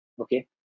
Okay